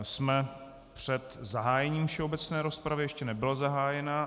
Jsme před zahájením všeobecné rozpravy, ještě nebyla zahájena.